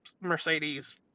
Mercedes